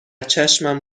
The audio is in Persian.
چشمم